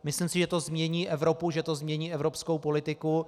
Myslím si, že to změní Evropu, že to změní evropskou politiku.